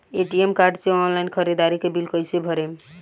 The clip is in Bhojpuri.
ए.टी.एम कार्ड से ऑनलाइन ख़रीदारी के बिल कईसे भरेम?